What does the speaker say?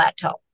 plateau